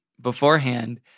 beforehand